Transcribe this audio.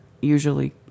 usually